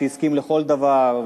שהסכים לכל דבר,